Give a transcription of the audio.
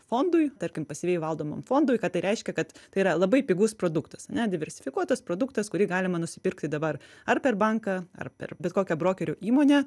fondui tarkim pasyviai valdomam fondui ką tai reiškia kad tai yra labai pigus produktas ane diversifikuotas produktas kurį galima nusipirkti dabar ar per banką ar per bet kokią brokerių įmonę